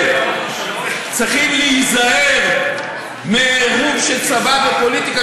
צריכים להיזהר מעירוב של צבא ופוליטיקה,